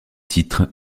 titre